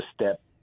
step